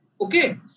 Okay